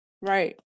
Right